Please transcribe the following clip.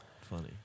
Funny